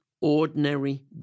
ordinary